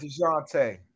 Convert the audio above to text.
DeJounte